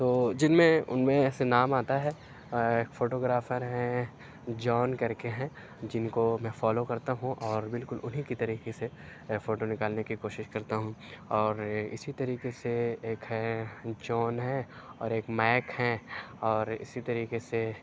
تو جن میں اُن میں سے نام آتا ہے ایک فوٹو گرافر ہیں جون کر کے ہیں جن کو میں فالو کرتا ہوں اور بالکل اُنہی کی طریقے سے فوٹو نکالنے کی کوشش کرتا ہوں اور اِسی طریقے سے ایک ہیں جون ہیں اور ایک میک ہیں اور اِسی طریقے سے